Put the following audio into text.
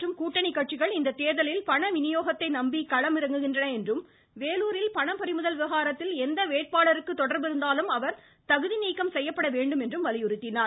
மற்றும் கூட்டணி கட்சிகள் இந்த தேர்தலில் பண விநியோகத்தை நம்பி களமிறங்குகின்றன என்றும் வேலூர் பண பறிமுதல் விவகாரத்தில் எந்த வேட்பாளருக்கு தொடர்பிருந்தாலும் அவர் தகுதி நீக்கம் செய்யப்பட வேண்டும் என்றும் வலியுறுத்தினார்